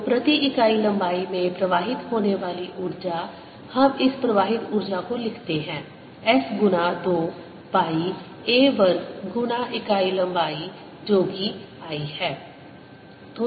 तो प्रति इकाई लंबाई में प्रवाहित होने वाली ऊर्जा हम इस प्रवाहित ऊर्जा को लिखते हैं S गुना 2 पाई a वर्ग गुना इकाई लंबाई जो कि 1 है